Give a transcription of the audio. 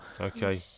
okay